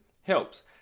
helps